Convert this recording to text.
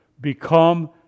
become